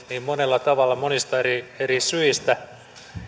monella tavalla monista eri eri syistä